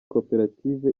koperative